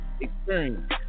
experience